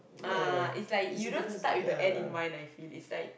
uh it's like you don't start with the end in mind I feel is like